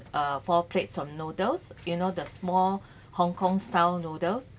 uh four plates of noodles you know the small Hong-Kong style noodles